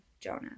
Jonah